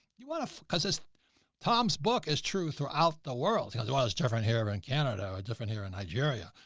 you want to cause this tom's book is true throughout the world, because while it's different here in ah and canada, it's different here in nigeria.